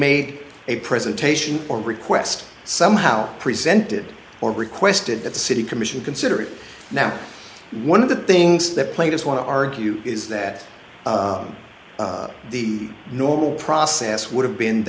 made a presentation or request somehow presented or requested that the city commission consider it now one of the things that plagued us want to argue is that the normal process would have been